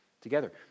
together